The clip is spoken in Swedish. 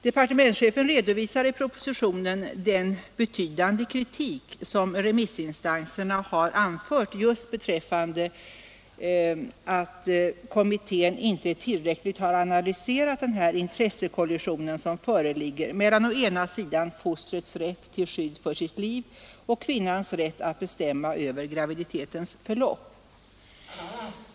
Departementschefen redovisar i propositionen den betydande kritik som remissinstanserna har anfört just mot att kommittén inte tillräckligt har analyserat den intressekollision som föreligger mellan å ena sidan fostrets rätt till skydd för sitt liv och kvinnans rätt att bestämma över graviditetens förlopp.